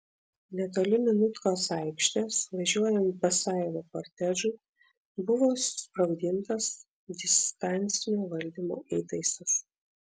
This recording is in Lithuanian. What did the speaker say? netoli minutkos aikštės važiuojant basajevo kortežui buvo susprogdintas distancinio valdymo įtaisas